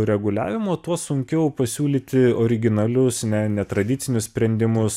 reguliavimo tuo sunkiau pasiūlyti originalius ne netradicinius sprendimus